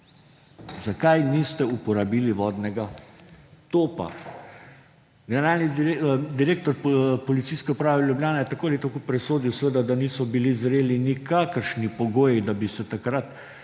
Zakaj niste uporabili vodnega topa? Direktor Policijske uprave Ljubljana je tako ali tako presodil, seveda, da niso bili zreli nikakršni pogoji, da bi se takrat